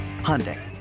Hyundai